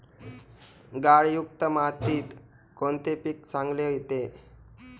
गाळयुक्त मातीत कोणते पीक चांगले येते?